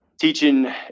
teaching